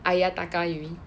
Ayataka you mean